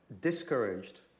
discouraged